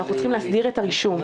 אנחנו נלחמנו אתכם ונמשיך להילחם ---.